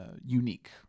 unique